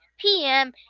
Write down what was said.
PM